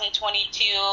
2022